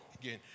again